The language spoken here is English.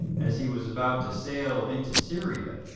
as he was about to sail into syria,